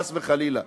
חס וחלילה.